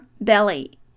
belly